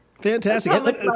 Fantastic